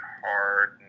hard